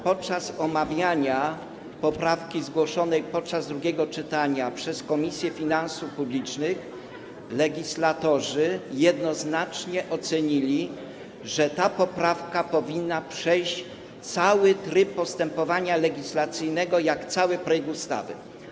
Podczas omawiania poprawki zgłoszonej podczas drugiego czytania przez Komisję Finansów Publicznych legislatorzy jednoznacznie ocenili, że ta poprawka powinna przejść cały tryb postępowania legislacyjnego, tak jak cały projekt ustawy.